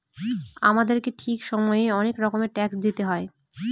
আমাদেরকে ঠিক সময়ে অনেক রকমের ট্যাক্স দিতে হয়